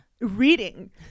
reading